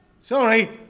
Sorry